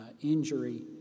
injury